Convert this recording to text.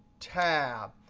tab.